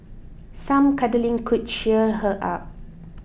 some cuddling could cheer her up